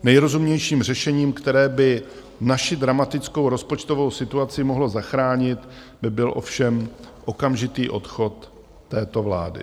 Nejrozumnějším řešením, které by naši dramatickou rozpočtovou situaci mohlo zachránit, by byl ovšem okamžitý odchod této vlády.